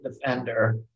defender